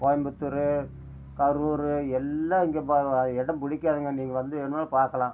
கோயம்புத்தூர் கரூர் எல்லாம் இங்கே ப இடம் பிடிக்காதுங்க நீங்கள் வந்து வேணும்னால் பார்க்கலாம்